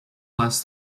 less